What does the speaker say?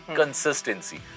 consistency